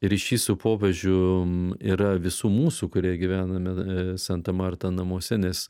ryšys su popiežium yra visų mūsų kurie gyvename santa marta namuose nes